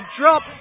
drop